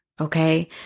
Okay